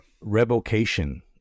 revocation